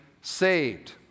saved